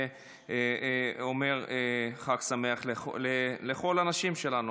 ואומר חג שמח לכל הנשים שלנו,